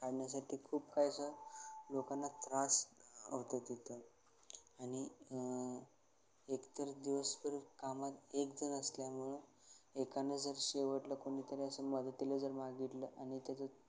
काढण्यासाठी खूप काही असं लोकांना त्रास होतं तिथं आणि एकतर दिवसभर कामात एकजण असल्यामुळं एकानं जर शेवटला कोणीतरी असं मदतीला जर मागितलं आणि त्याचं